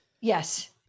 Yes